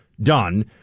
done